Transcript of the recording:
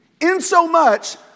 insomuch